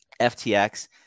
FTX